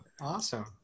Awesome